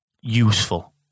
useful